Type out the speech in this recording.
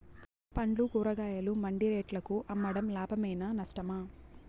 పండ్లు కూరగాయలు మండి రేట్లకు అమ్మడం లాభమేనా నష్టమా?